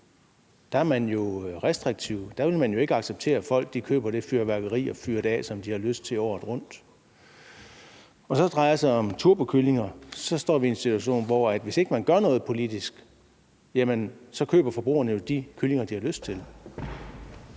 Der er man jo restriktiv. Der vil man jo ikke acceptere, at folk køber det fyrværkeri og fyrer det af, som de har lyst til, året rundt. Når det så drejer sig om turbokyllinger, står vi en situation, hvor forbrugerne, hvis man ikke gør noget politisk, køber de kyllinger, de har lyst til.